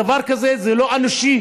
דבר כזה זה לא אנושי.